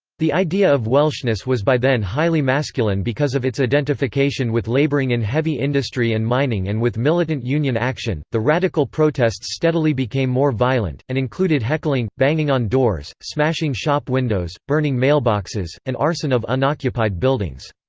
the idea of welshness was by then highly masculine because of its identification with labouring in heavy industry and mining and with militant union action the radical protests steadily became more violent, and included heckling, banging on doors, smashing shop windows, burning mailboxes, and arson of unoccupied buildings.